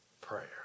prayer